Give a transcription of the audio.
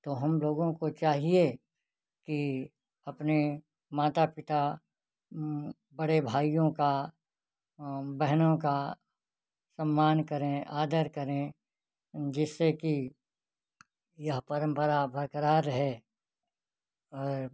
तो हम लोगों को चाहिए कि अपने माता पिता बड़े भाइयों का बहनों का सम्मान करें आदर करें जिससे कि यह परंपरा बरक़रार रहे और